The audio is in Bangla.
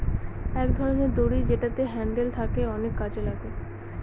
এক ধরনের দড়ি যেটাতে হ্যান্ডেল থাকে অনেক কাজে লাগে